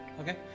Okay